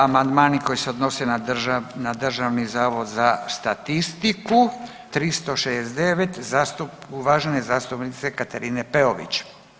Amandmani koji se odnose na Državni zavod za statistiku, 369 uvažene zastupnice Katarine Peović.